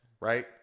right